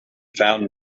found